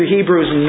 Hebrews